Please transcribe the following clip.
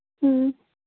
ꯎꯝ